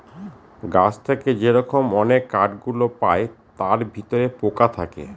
গাছ থেকে যে রকম অনেক কাঠ গুলো পায় তার ভিতরে পোকা থাকে